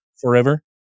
forever